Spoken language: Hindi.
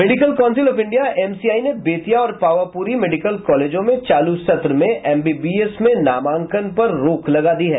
medical council of India MCI ने बेतिया और पावापुरी मेडिकल कॉलेजों में चालू सत्र में एमबीबीएस में नामांकन पर रोक लगा दी है